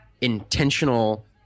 intentional